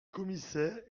commissaire